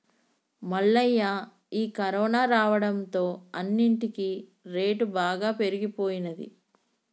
మల్లయ్య ఈ కరోనా రావడంతో అన్నిటికీ రేటు బాగా పెరిగిపోయినది